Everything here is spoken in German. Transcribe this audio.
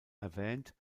erwähnt